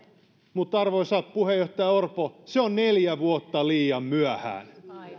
mutta arvoisa puheenjohtaja orpo se on neljä vuotta liian myöhään